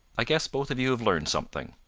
i guess both of you have learned something.